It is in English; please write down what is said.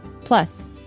Plus